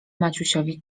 maciusiowi